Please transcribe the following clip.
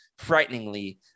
frighteningly